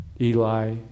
Eli